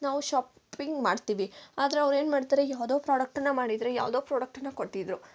ನಾವು ಶಾಪಿಂಗ್ ಮಾಡ್ತೀವಿ ಆದ್ರೆ ಅವ್ರು ಏನ್ಮಾಡ್ತಾರೆ ಯಾವುದೋ ಪ್ರೋಡಕ್ಟ್ನ ಮಾಡಿದ್ರೆ ಯಾವುದೋ ಫ್ರೊಡಕ್ಟ್ನ ಕೊಟ್ಟಿದ್ರು